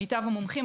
מיטב המומחים.